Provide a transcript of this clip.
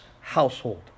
household